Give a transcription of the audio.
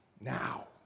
now